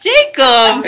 Jacob